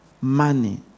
money